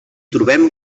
trobem